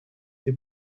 été